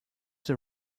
that